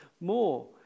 more